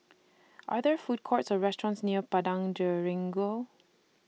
Are There Food Courts Or restaurants near Padang Jeringau